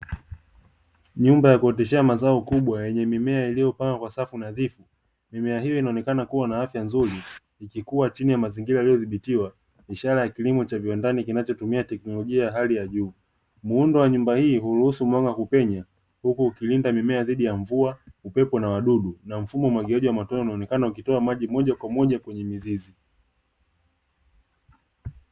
Nyumba ya kuoteshea mazao kubwa yenye mimea iliyopangwa kwa safu nadhifu, mimea hii inaonekana kuwa na afya nzuri ikikuwa chini ya mazingira yaliyo dhibitiwa ishara ya kilimo cha viwandani kinachotumia teknolojia ya hali ya juu, muundo wa nyumba hii huruhusu mwanga wa kupenya huku ukilinda mimea dhidi ya mvua, upepo na wadudu na mfumo wa umwangiaji wa motone unaonekana ukitoa maji moja kwa moja kwenye mizizi.